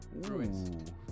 Bruins